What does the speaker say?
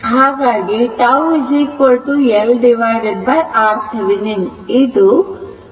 ಹಾಗಾಗಿ τ LRThevenin ಇದು ½ second ಆಗಿರುತ್ತದೆ